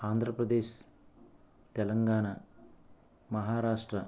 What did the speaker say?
Andhra Pradesh Telangana Maharashtra